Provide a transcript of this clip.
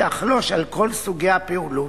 שיחלוש על כל סוגי הפעולות.